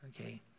okay